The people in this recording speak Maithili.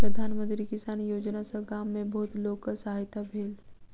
प्रधान मंत्री किसान योजना सॅ गाम में बहुत लोकक सहायता भेल